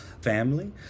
family